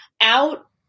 out